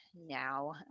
now